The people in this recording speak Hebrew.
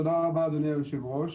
תודה רבה, אדוני היושב ראש.